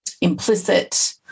implicit